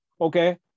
Okay